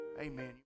amen